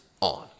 on